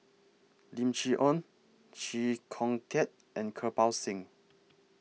Lim Chee Onn Chee Kong Tet and Kirpal Singh